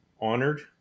honored